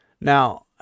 Now